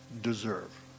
deserve